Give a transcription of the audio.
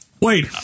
Wait